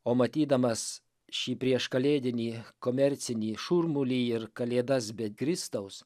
o matydamas šį prieškalėdinį komercinį šurmulį ir kalėdas be kristaus